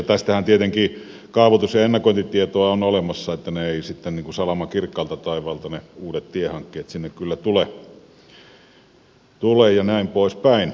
tästähän tietenkin kaavoitus ja ennakointitietoa on olemassa että ne uudet tiehankkeet eivät sitten niin kuin salama kirkkaalta taivaalta sinne kyllä tule jnp